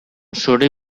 zuri